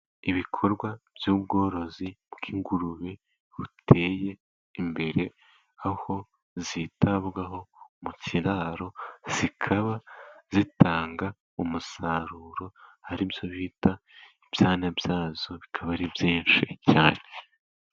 Ibikorwa by'ubworozi bw'ingurube buteye imbere, aho zitabwaho mu kiraro, zikaba zitanga umusaruro ari byo bita ibyana byazo, bikaba ari byinshi cyane.